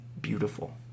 beautiful